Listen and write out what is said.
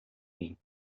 mim